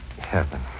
heaven